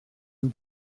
nous